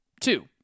Two